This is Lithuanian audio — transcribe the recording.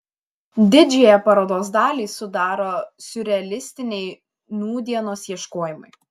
didžiąją parodos dalį sudaro siurrealistiniai nūdienos ieškojimai